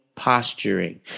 posturing